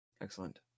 Excellent